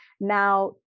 now